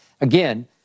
again